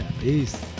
Peace